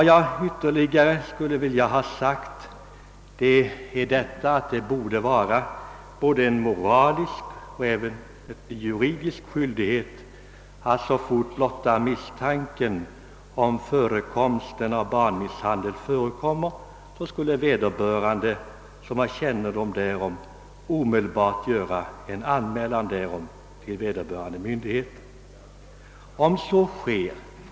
Jag vill ha sagt att det borde vara både en moralisk och en juridisk skyldighet att omedelbart göra en anmälan till myndigheterna vid blotta misstanken om att barnmisshandel förekommit.